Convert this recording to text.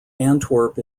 antwerp